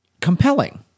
compelling